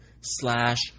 slash